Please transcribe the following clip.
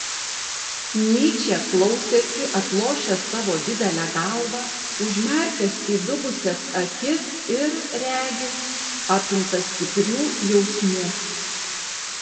nyčė klausėsi atlošęs savo didelę galvą užmerkęs įdubusias akis ir regis apimtas stiprių jausmų